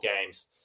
games